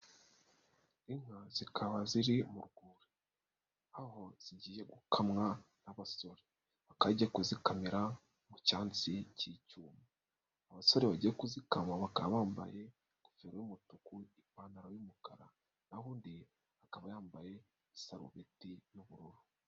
Inka zikaba ziri mu rwuri, aho zigiye gukamwa n'abasore. Bakaba bagiye kuzikamira mu cyansi cy'icyuma. Abasore bagiye kuzikama bakaba bambaye ingofero y'umutuku, ipantaro y'umukara. Naho undi akaba yambaye isarubeti y'ubururu.